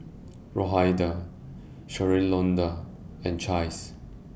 Rhoda Shalonda and Chace